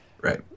Right